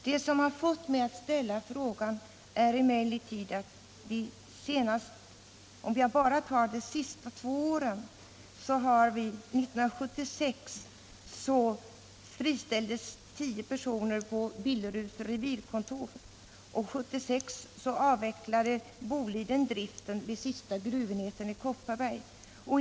Det som har fått mig att ställa frågan är emellertid få lesesemslingrrar too att vi bara under de senaste två åren haft betydande nedläggningar: 1976 Om åtgärder för att friställdes tio personer på Billeruds revirkontor. Samma år avvecklade bevara sysselsätt Boliden driften vid den sista gruvenheten i Kopparberg.